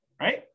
right